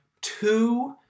two